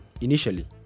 initially